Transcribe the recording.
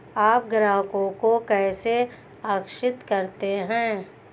आप ग्राहकों को कैसे आकर्षित करते हैं?